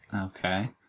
Okay